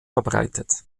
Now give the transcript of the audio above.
verbreitet